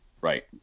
right